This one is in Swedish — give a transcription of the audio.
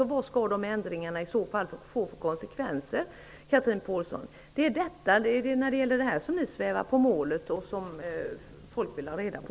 Och vad får dessa ändringar i så fall för konsekvenser? Chatrine Pålsson, det är här som ni svävar på målet och det är detta som folk vill ha reda på.